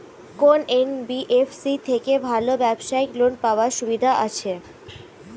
কোন এন.বি.এফ.সি থেকে ভালো ব্যবসায়িক লোন পাওয়ার সুবিধা আছে?